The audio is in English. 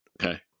Okay